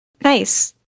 nice